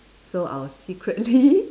so I will secretly